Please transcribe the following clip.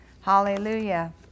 Hallelujah